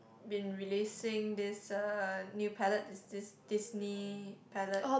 been releasing this uh new palate is this Disney palate